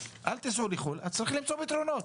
אז צריך למצוא פתרונות.